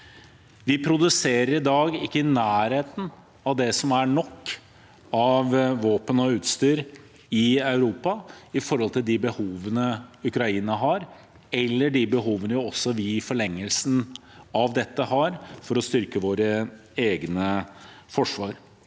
Vi produserer i dag ikke i nærheten av nok våpen og utstyr i Europa i forhold til de behovene Ukraina har, eller de behovene også vi, i forlengelsen av dette, har for å styrke våre egne forsvar.